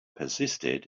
persisted